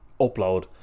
upload